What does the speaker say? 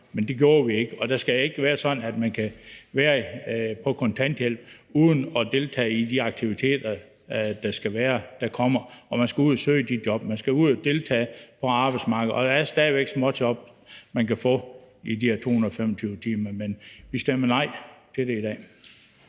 Men det gjorde vi ikke, og det skal ikke være sådan, at man kan være på kontanthjælp uden at deltage i de aktiviteter, der tilbydes. Man skal ud at søge de job, man skal ud og deltage på arbejdsmarkedet, og der er stadig væk småjob, man kan få, så man kan opfylde kravet om de her 225 timer. Men vi stemmer nej til det i dag.